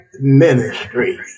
Ministry